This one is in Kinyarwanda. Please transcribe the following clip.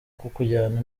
kukujyana